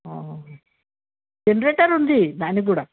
generator ఉంది దానికి కూడా